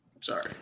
Sorry